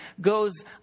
goes